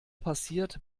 passiert